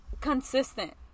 consistent